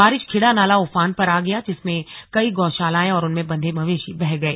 बारिश खिड़ा नाला उफान पर आ गया जिसमें कई गौशालाएं और उनमें बंधे मवेशी बह गए